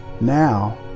Now